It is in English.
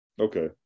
Okay